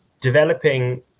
developing